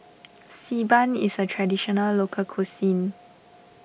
Xi Ban is a Traditional Local Cuisine